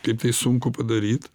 kaip tai sunku padaryt